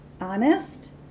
honest